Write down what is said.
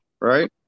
right